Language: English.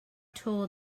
tool